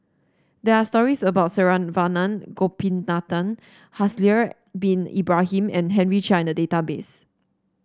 there are stories about Saravanan Gopinathan Haslir Bin Ibrahim and Henry Chia in the database